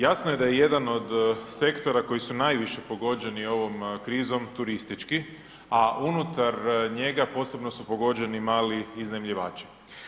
Jasno je da je jedan od sektora koji su najviše pogođeni ovom krizom turistički, a unutar njega posebno su pogođeni mali iznajmljivači.